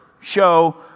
show